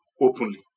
openly